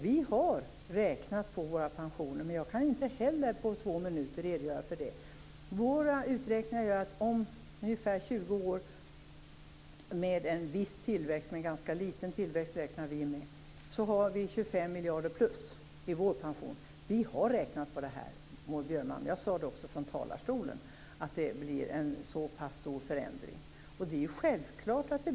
Vi har räknat på våra pensionsförslag men inte heller jag kan på två minuter ge en redogörelse. Våra uträkningar säger att vi om ungefär 20 år - med en ganska liten tillväxt, räknar vi med - har +25 miljarder kronor enligt vårt pensionsförslag. Vi har alltså räknat på det här, Maud Björnemalm, och jag sade också tidigare här i talarstolen att det är fråga om en så pass stor förändring. Det blir självklart så.